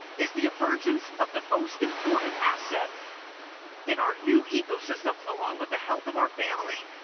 is the emergence of the most important asset in our new ecosystem, along with the health of our family,